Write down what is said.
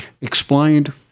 explained